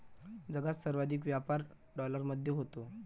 जगात सर्वाधिक व्यापार डॉलरमध्ये होतो